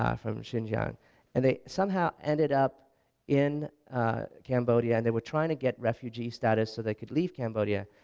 um from xinjiang and they somehow ended up in cambodia and they were trying to get refugee status so they could leave cambodia.